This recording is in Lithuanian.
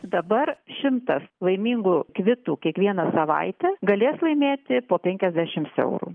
dabar šimtas laimingų kvitų kiekvieną savaitę galės laimėti po penkiasdešimts eurų